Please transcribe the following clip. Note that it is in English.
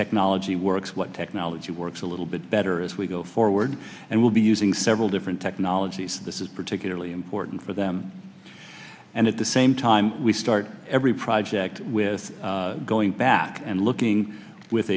technology works what technology works a little bit better as we go forward and we'll be using several different technologies this is particularly important for them and at the same time we start every project with going back and looking with